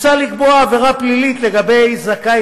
הוצע לקבוע עבירה פלילית לגבי זכאי